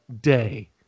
day